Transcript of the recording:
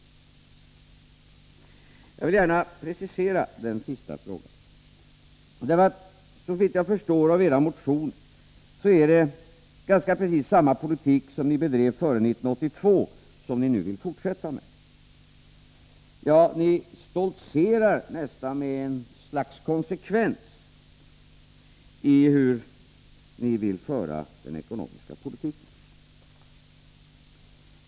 Jag vill gärna precisera den sista frågan. Såvitt jag förstår av era motioner, är det ganska precis samma politik som ni bedrev före 1982 som ni nu vill fortsätta med. Ja, ni nästan stoltserar med ett slags konsekvens i hur ni vill föra den ekonomiska politiken.